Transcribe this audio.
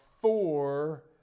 four